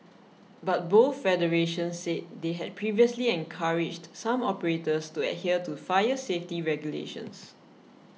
but both federations said they had previously encouraged some operators to adhere to fire safety regulations